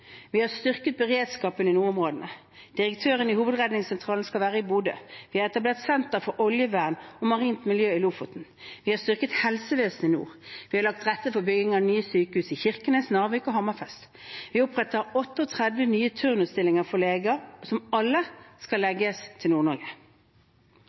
Vi har styrket beredskapen i nordområdene. Direktøren ved Hovedredningssentralen skal være i Bodø. Vi har etablert Senter for oljevern og marint miljø i Lofoten. Vi har styrket helsevesenet i nord. Vi har lagt til rette for bygging av nye sykehus i Kirkenes, Narvik og Hammerfest. Vi oppretter 38 nye turnusstillinger for leger, som alle skal